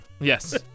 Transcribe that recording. Yes